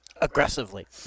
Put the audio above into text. Aggressively